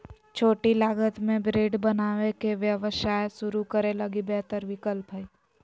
छोटी लागत में ब्रेड बनावे के व्यवसाय शुरू करे लगी बेहतर विकल्प हइ